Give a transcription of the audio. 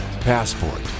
Passport